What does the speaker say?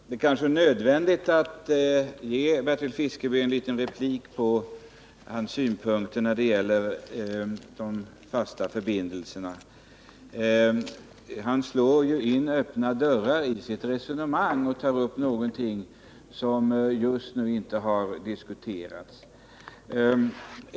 Herr talman! Det är kanske nödvändigt att replikera Bertil Fiskesjö när det gäller hans synpunkter på de fasta förbindelserna över Öresund. Han slår in öppna dörrar i sitt resonemang och tar upp någonting som just nu inte alls diskuteras.